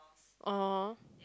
oh